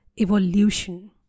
evolution